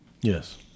yes